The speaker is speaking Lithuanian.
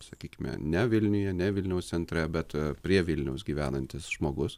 sakykime ne vilniuje ne vilniaus centre bet ir prie vilniaus gyvenantis žmogus